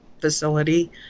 facility